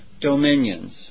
dominions